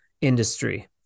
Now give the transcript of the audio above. industry